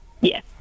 Yes